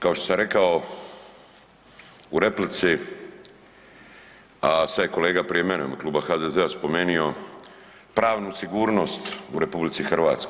Kao što sam rekao u replici, a sad je kolega prije mene u ime Kluba HDZ-a spomenio pravnu sigurnost u RH.